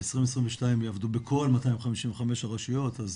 וב-2022 יעבדו בכל 255 הרשויות, אז